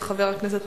של חבר הכנסת